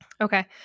Okay